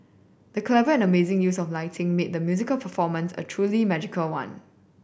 the clever and amazing use of lighting made the musical performance a truly magical one